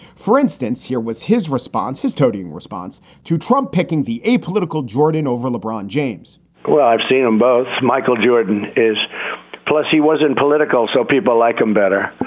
for instance, here was his response, his toadying response to trump picking the apolitical jordan over lebron james well, i've seen them both. michael jordan is plus he wasn't political. so people like him better